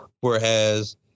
Whereas